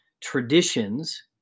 traditions